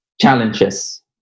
challenges